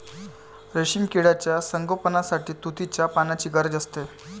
रेशीम किड्यांच्या संगोपनासाठी तुतीच्या पानांची गरज असते